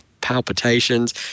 palpitations